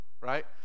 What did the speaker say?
right